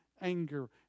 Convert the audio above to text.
anger